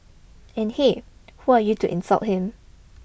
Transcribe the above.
and hey who are you to insult him